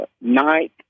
ninth